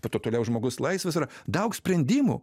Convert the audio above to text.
po to toliau žmogus laisvas yra daug sprendimų